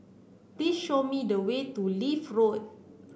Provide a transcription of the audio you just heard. please show me the way to Leith Road